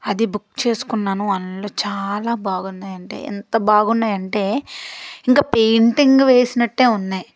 అది బుక్ చేసుకున్నాను అందులో చాలా బాగున్నాయి అంటే ఎంత బాగున్నాయంటే ఇంకా పెయింటింగ్ వేసినట్టే ఉన్నాయి